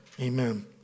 Amen